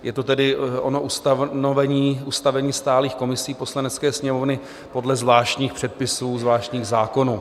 Je to tedy ono ustanovení, ustavení stálých komisí Poslanecké sněmovny podle zvláštních předpisů, zvláštních zákonů.